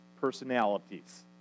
personalities